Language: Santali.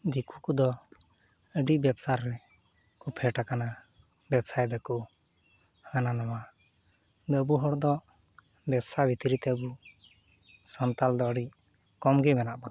ᱫᱤᱠᱩ ᱠᱚᱫᱚ ᱟᱹᱰᱤ ᱵᱮᱵᱽᱥᱟᱨ ᱨᱮᱠᱚ ᱯᱷᱮᱰ ᱟᱠᱟᱱᱟ ᱵᱮᱵᱽᱥᱟᱭ ᱫᱟᱠᱚ ᱦᱟᱱᱟ ᱱᱟᱣᱟ ᱟᱵᱚ ᱦᱚᱲᱫᱚ ᱵᱮᱵᱽᱥᱟ ᱵᱷᱤᱛᱨᱤᱛᱮ ᱟᱵᱚ ᱥᱟᱱᱛᱟᱞ ᱫᱚ ᱟᱹᱰᱤ ᱠᱚᱢᱜᱮ ᱢᱮᱱᱟᱜ ᱵᱚᱱᱟ